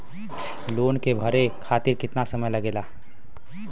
Loan के भरे खातिर कितना समय मिलेला?